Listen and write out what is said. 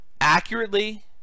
accurately